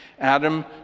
Adam